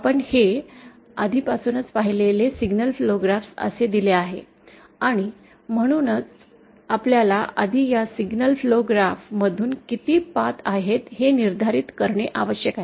आपण हे आधीपासूनच पाहिलेले सिग्नल फ्लो ग्राफ असे दिले आहे आणि म्हणूनच आपल्याला आधी या सिग्नल फ्लो ग्राफ मधून किती पाथ आहेत हे निर्धारित करणे आवश्यक आहे